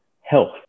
health